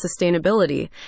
sustainability